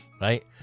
right